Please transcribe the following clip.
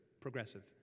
progressive